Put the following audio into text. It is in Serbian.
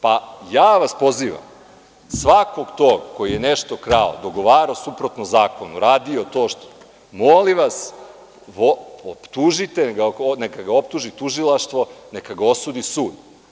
Pa, ja vas pozivam, svakog tog koji je nešto krao, dogovarao suprotno zakonu, radio to, molim vas optužite ga, neka ga optuži tužilaštvo, neka ga osudi sud.